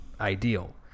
ideal